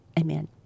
amen